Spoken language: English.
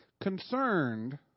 concerned